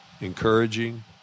encouraging